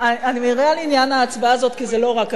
אני מעירה על עניין ההצבעה הזאת כי זה לא רק ההצבעה.